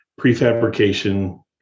prefabrication